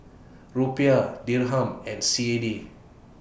Rupiah Dirham and C A D